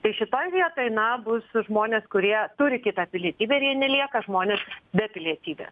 tai šitoj vietoj na bus žmonės kurie turi kitą pilietybę ir jie nelieka žmonės be pilietybės